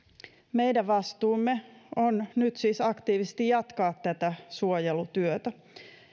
meidän vastuumme on nyt siis aktiivisesti jatkaa tätä suojelutyötä